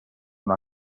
una